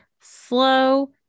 slow